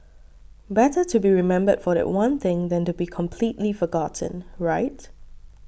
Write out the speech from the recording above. better to be remembered for that one thing than to be completely forgotten right